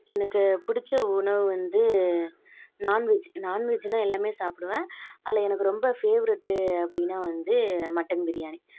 எனக்குப் பிடிச்ச உணவு வந்து நான்வெஜ் நான்வெஜ்னா எல்லாமே சாப்பிடுவேன் அதில் எனக்கு ரொம்ப பேவ்ரெட்டு அப்படினா வந்து மட்டன் பிரியாணி